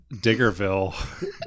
Diggerville